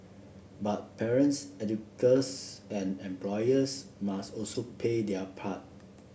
but parents educators and employers must also play their part